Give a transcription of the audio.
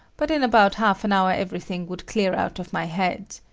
but in about half an hour everything would clear out of my head.